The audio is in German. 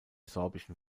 sorbischen